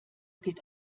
geht